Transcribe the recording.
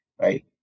right